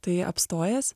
tai apstojęs